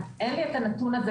אין לנו הנתון הזה.